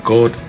God